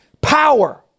power